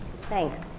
Thanks